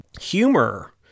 humor